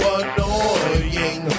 annoying